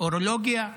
אורולוגיה ועוד?